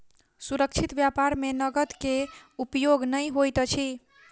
सुरक्षित व्यापार में नकद के उपयोग नै होइत अछि